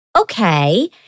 okay